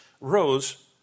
rose